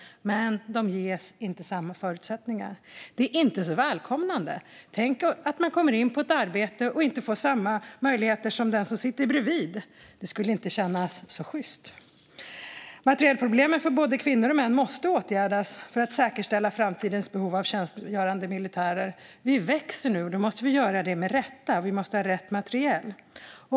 Men de ges inte samma förutsättningar. Det är inte så välkomnande. Tänk att komma in på en arbetsplats och inte få samma möjligheter som den som sitter bredvid. Det skulle inte kännas så sjyst. Materielproblemen för både kvinnor och män måste åtgärdas för att säkerställa framtidens behov av tjänstgörande militärer. Försvarsmakten växer nu, och då måste den göra det med rätt materiel.